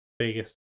Vegas